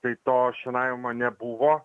tai to šienavimo nebuvo